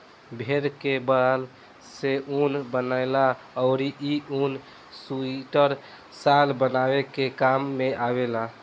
भेड़ के बाल से ऊन बनेला अउरी इ ऊन सुइटर, शाल बनावे के काम में आवेला